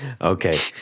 Okay